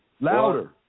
Louder